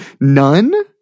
none